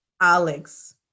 Alex